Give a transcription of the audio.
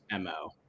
MO